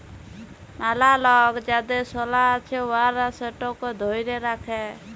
ম্যালা লক যাদের সলা আছে উয়ারা সেটকে ধ্যইরে রাখে